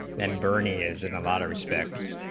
and bernie is in a lot of respect,